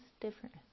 different